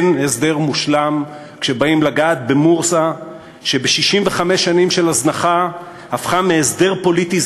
אין הסדר מושלם כשבאים לגעת במורסה שב-65 שנים של הזנחה הפכה מהסדר פוליטי